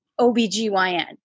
OBGYN